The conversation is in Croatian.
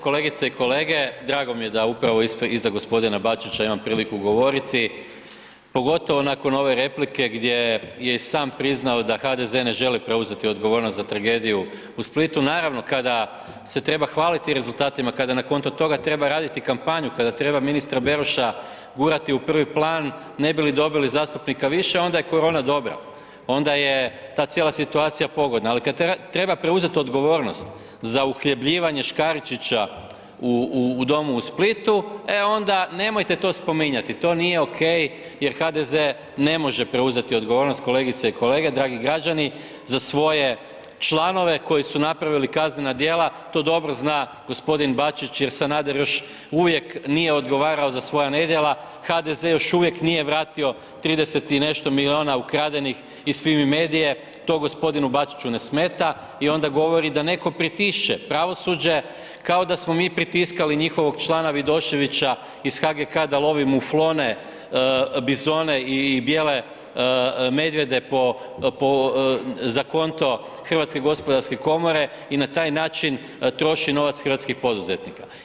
Kolegice i kolege, drago mi je da upravo iza g. Bačića imam priliku govoriti pogotovo nakon ove replike gdje je i sam priznao da HDZ ne želi preuzeti odgovornost za tragediju u Splitu, naravno kada se treba hvaliti rezultatima, kada na konto toga treba raditi kampanju, kada treba ministra Beroša gurati u prvi plan ne bili dobili zastupnika više, onda je korona dobra, onda je ta cijela situacija pogodna, ali kad treba preuzet odgovornost za uhljebljivanje Škaričića u domu u Splitu, e onda nemojte to spominjati, to nije ok jer HDZ ne može preuzeti odgovornost, kolegice i kolege, dragi građani, za svoje članove koji su napravili kaznena djela, to dobro zna g. Bačić jer Sanader još uvijek nije odgovarao za svoja nedjela, HDZ još uvijek nije vratio 30 i nešto milijuna ukradenih iz Fimi medije, to g. Bačiću ne smeta, i onda govori da neko pritišće pravosuđe kao da smo mi pritiskali njihovog člana Vidoševića iz HGK-a da lovi muflone, bizone i bijele medvjede za konto HGK i na taj način troši novac hrvatskih poduzetnika.